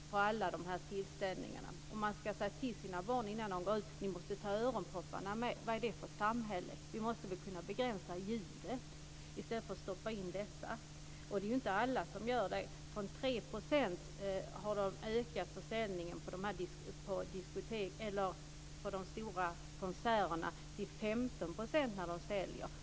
Men vad är det för samhälle om man ska säga till sina barn innan de går ut att de måste ta öronpropparna med sig? Vi måste väl kunna begränsa ljudet i stället för att stoppa in sådana. Det är ju inte alla som gör det. Försäljningen på de stora konserterna har ökat från 3 % till 15 %.